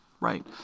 right